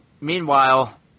meanwhile